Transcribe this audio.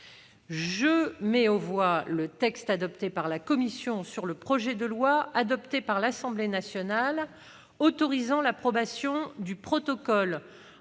Je mets aux voix le texte adopté par la commission sur le projet de loi, adopté par l'Assemblée nationale, autorisant l'approbation du protocole